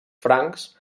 francs